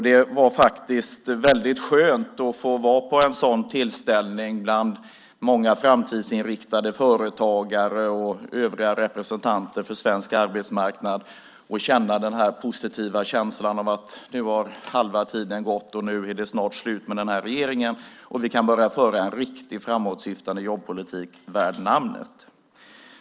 Det var faktiskt väldigt skönt att få vara på en sådan tillställning bland många framtidsinriktade företagare och övriga representanter för svensk arbetsmarknad och att få uppleva den positiva känslan av att halva tiden nu har gått och det snart är slut på tiden med den här regeringen så att vi kan börja föra en riktig framåtsyftande jobbpolitik värd namnet.